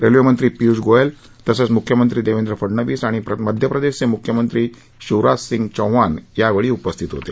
railway मंत्री पीयुष गोयल तसंच मुख्यमंत्री देवेंद्र फडणवीस आणि मध्यप्रदेशचे मुख्यमंत्री शिवराज सिंग चौहान यावेळी उपस्थित होते